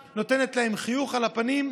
נותנת להם תקווה, נותנת להם חיוך על הפנים.